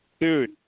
Dude